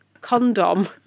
condom